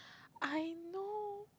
I know